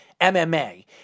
MMA